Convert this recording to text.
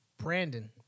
Brandon